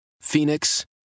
Phoenix